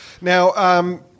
Now